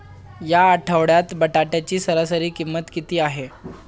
या आठवड्यात बटाट्याची सरासरी किंमत किती आहे?